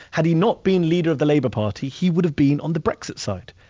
had he not been leader of the labor party, he would have been on the brexit side.